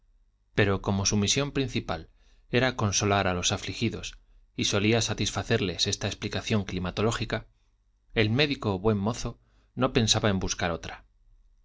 pero como su misión principal era consolar a los afligidos y solía satisfacerles esta explicación climatológica el médico buen mozo no pensaba en buscar otra